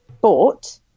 bought